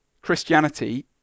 Christianity